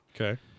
Okay